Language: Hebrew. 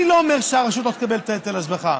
אני לא אומר שהרשות לא תקבל את היטל ההשבחה.